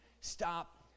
stop